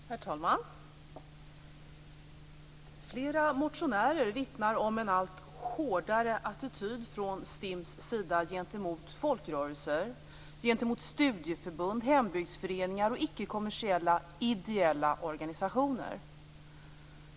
Herr talman! Flera motionärer vittnar om en allt hårdare attityd från STIM:s sida gentemot folkrörelser och studieförbund, mot hembygdsföreningar och icke kommersiella ideella organisationer.